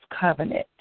covenant